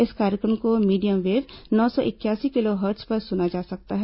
इस कार्यक्रम को मीडियम वेव नौ सौ इकयासी किलो हर्द्ज पर सुना जा सकता है